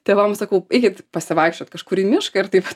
tėvam sakau eikit pasivaikščiot kažkur į mišką ir taip